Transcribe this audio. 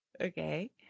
Okay